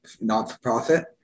not-for-profit